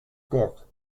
death